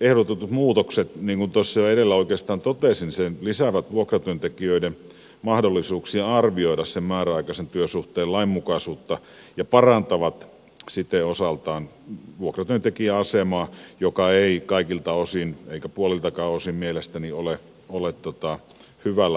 ehdotetut muutokset tuossa edellä jo oikeastaan totesin sen lisäävät vuokratyöntekijöiden mahdollisuuksia arvioida määräaikaisen työsuhteen lainmukaisuutta ja parantavat siten osaltaan vuokratyöntekijän asemaa joka ei kaikilta osin eikä puoliltakaan osin mielestäni ole hyvällä tolalla